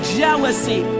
jealousy